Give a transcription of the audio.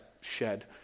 shed